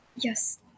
Yes